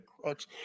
crutch